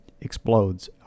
explodes